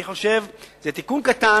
אני חושב שזה תיקון קטן,